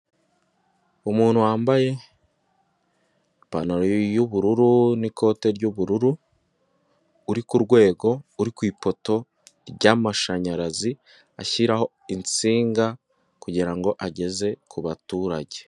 Umuntu wambaye ipantaro y'ubururu n'ikote ry'ubururu, uri ku rwego, uri ku ipoto ry'amashanyarazi, ashyiraho insinga kugira ngo ageze ku baturage.